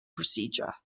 procedure